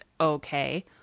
okay